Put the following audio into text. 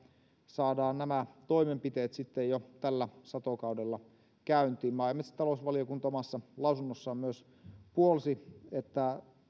saadaan nämä toimenpiteet sitten jo tällä satokaudella käyntiin maa ja metsätalousvaliokunta myös omassa lausunnossaan puolsi sitä että